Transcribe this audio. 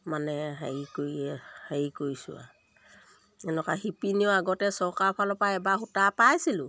মানে হেৰি কৰি হেৰি কৰিছোঁ আ এনেকুৱা শিপিনীও আগতে চৰকাৰ ফালৰ পৰা এবাৰ সূতা পাইছিলোঁ